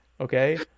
okay